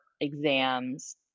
exams